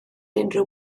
unrhyw